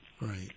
right